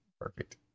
perfect